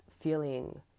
feeling